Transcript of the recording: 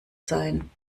sein